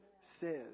says